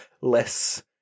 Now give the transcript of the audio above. less